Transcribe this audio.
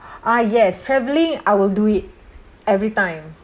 ah yes travelling I will do it every time